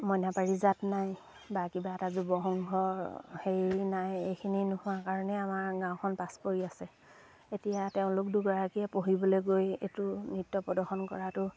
মইনা পাৰিজাত নাই বা কিবা এটা যুৱসংঘ হেৰি নাই এইখিনি নোহোৱা কাৰণে আমাৰ গাঁওখন পাছ পৰি আছে এতিয়া তেওঁলোক দুগৰাকীয়ে পঢ়িবলৈ গৈ এইটো নৃত্য প্ৰদৰ্শন কৰাটো